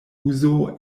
uzo